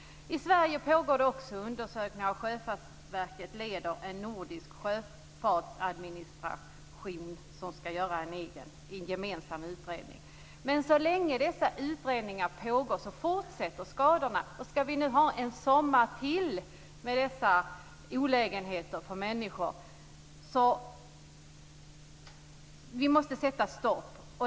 I Sverige pågår det också undersökningar. Sjöfartsverket leder en nordisk sjöfartsadministration som skall göra en gemensam utredning. Men så länge dessa utredningar pågår fortsätter skadorna. Skall det bli ytterligare en sommar med dessa olägenheter för människor? Vi måste sätta stopp.